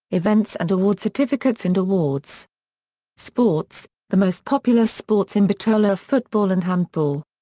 events and award certificates and awards sports the most popular sports in bitola are football and handball.